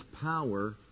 power